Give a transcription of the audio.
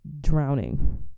drowning